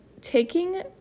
taking